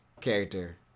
character